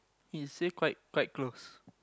he says quite quite close